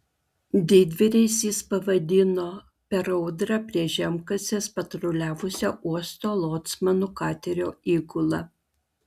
didvyriais jis pavadino per audrą prie žemkasės patruliavusią uosto locmanų katerio įgulą